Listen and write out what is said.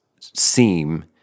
seem